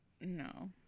No